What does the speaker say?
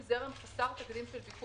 למרות שהמצב הקריטי בשל מחסור בחקיקה דורש